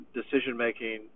decision-making